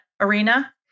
arena